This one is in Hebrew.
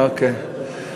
אוקיי.